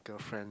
girlfriend